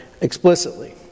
explicitly